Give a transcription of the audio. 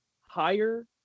higher